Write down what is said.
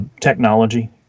technology